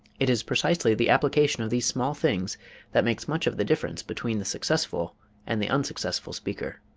it is precisely the application of these small things that makes much of the difference between the successful and the unsuccessful speaker.